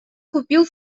купил